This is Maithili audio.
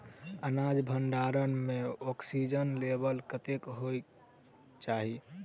अनाज भण्डारण म ऑक्सीजन लेवल कतेक होइ कऽ चाहि?